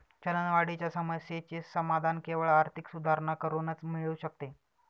चलनवाढीच्या समस्येचे समाधान केवळ आर्थिक सुधारणा करूनच मिळू शकते